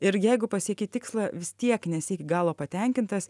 ir jeigu pasieki tikslą vis tiek nesi iki galo patenkintas